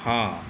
हँ